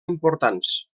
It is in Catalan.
importants